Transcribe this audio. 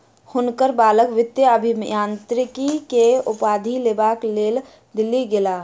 हुनकर बालक वित्तीय अभियांत्रिकी के उपाधि लेबक लेल दिल्ली गेला